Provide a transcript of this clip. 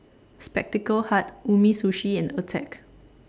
Spectacle Hut Umisushi and Attack